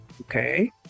Okay